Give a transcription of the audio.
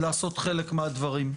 לעשות חלק מהדברים,